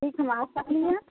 ठीक हइ हम आ सकली हँ